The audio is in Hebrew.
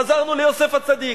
חזרנו ליוסף הצדיק.